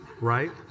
right